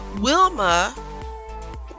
Wilma